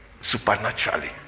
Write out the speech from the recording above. supernaturally